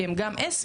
כי הם גם עסק,